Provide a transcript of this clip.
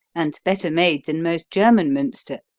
and better made than most german munster,